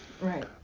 Right